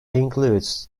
includes